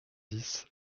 dix